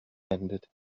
ended